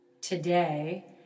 today